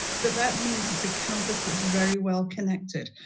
but that means it's a campus that's very well-connected,